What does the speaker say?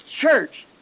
church